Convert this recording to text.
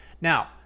Now